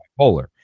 bipolar